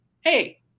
Hey